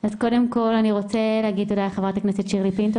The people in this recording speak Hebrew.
אז קודם כל אני רוצה להגיד תודה לחברת הכנסת שירלי פינטו